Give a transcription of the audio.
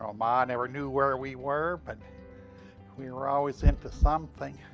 um ma never knew where we were but we were always into something.